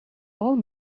old